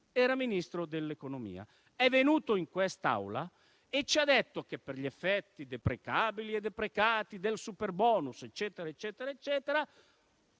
era Ministro dell'economia: è venuto in quest'Aula e ci ha detto che, per gli effetti deprecabili e deprecati del superbonus, eccetera, (superbonus